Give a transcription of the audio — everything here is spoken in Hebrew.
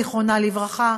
זיכרונה לברכה,